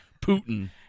Putin